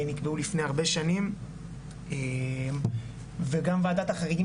הם נקבעו לפני הרבה שנים וגם וועדת החריגים,